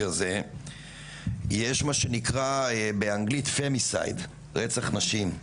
הזה יש מה שנקרא באנגלית פמיסייד (femicide) רצח נשים.